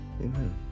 Amen